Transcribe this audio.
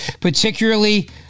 particularly